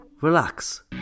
Relax